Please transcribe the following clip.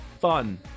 fun